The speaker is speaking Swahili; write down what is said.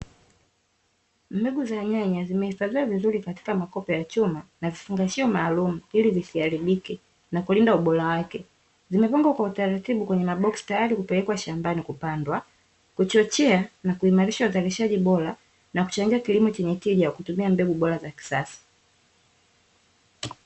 Mbegu za nyanya zimehifadhiwa vizuri katika makopo ya chuma na vifungashio maalumu ili zisiharibike na kulinda ubora wake. Zimepangwa kwa utaratibu kwenye maboksi tayari kwa ajili ya kupelekwa shambani kupandwa, kuchochea na kuimarisha uzalishaji bora, na kuchangia kilimo chenye tija kwa kutumia mbegu bora za kisasa.